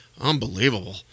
Unbelievable